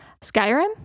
Skyrim